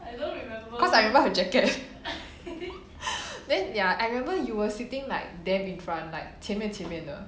cause I remember her jacket then ya I remember you were sitting like damn in front like 前面前面的